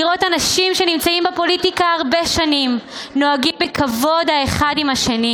לראות אנשים שנמצאים בפוליטיקה הרבה שנים נוהגים בכבוד האחד עם השני,